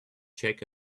check